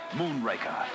moonraker